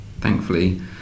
thankfully